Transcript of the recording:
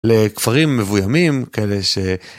לכפרים מבוימים כאלה ש...